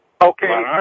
Okay